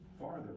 farther